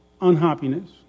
unhappiness